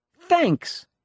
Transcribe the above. Thanks